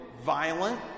violent